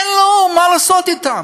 אין לו מה לעשות אתם.